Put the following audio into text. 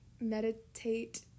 meditate